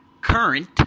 current